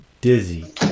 dizzy